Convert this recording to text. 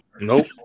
Nope